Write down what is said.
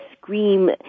scream